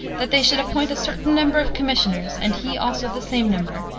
that they should appoint a certain number of commissioners, and he also the same number,